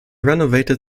renovated